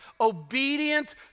obedient